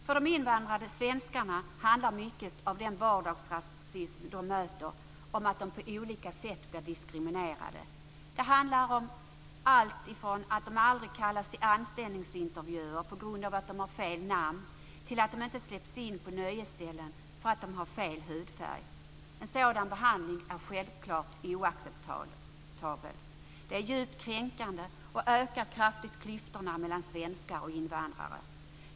För de invandrade svenskarna handlar mycket av den vardagsrasism de möter om att de på olika sätt blir diskriminerade. Det handlar om alltifrån att de aldrig kallas till anställningsintervjuer på grund av att de har fel namn till att de inte släpps in på nöjesställen för att de har fel hudfärg. En sådan behandling är självfallet oacceptabel. Det är djupt kränkande och ökar kraftigt klyftorna mellan svenska och invandrare.